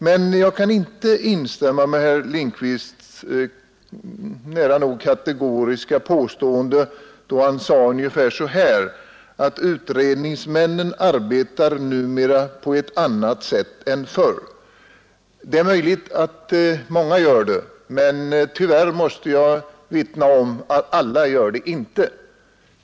Men jag kan inte instämma med herr Lindkvists nära nog kategoriska påstående, att utredningsmännen numera arbetar på ett annat sätt än förr. Det är möjligt att många av dem gör det, men jag måste vittna om att alla inte gör det.